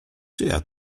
czyja